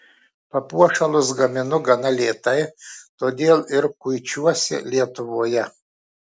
papuošalus gaminu gana lėtai todėl ir kuičiuosi lietuvoje